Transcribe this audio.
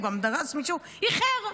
הוא גם דרס מישהו, איחר.